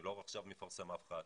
אני לא עכשיו מפרסם אף אחד,